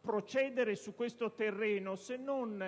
procedere su questo terreno se non